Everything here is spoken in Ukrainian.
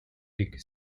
рік